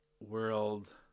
world